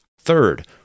Third